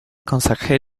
consacrée